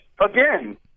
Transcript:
Again